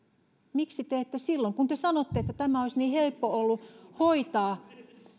miksi te ette silloin hoitaneet kun te sanotte että tämä olisi niin helppo ollut hoitaa